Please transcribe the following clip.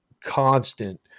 constant